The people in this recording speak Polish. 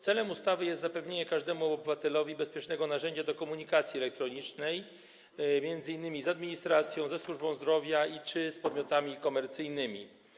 Celem ustawy jest zapewnienie każdemu obywatelowi bezpiecznego narzędzia do komunikacji elektronicznej, m.in. z administracją, ze służbą zdrowia czy z podmiotami komercyjnymi.